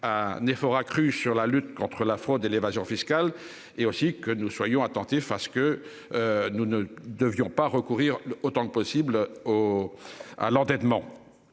Un effort accru sur la lutte contre la fraude et l'évasion fiscale et aussi que nous soyons attentifs à ce que. Nous ne devions pas recourir autant que possible au à l'endettement.